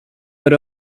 but